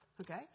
Okay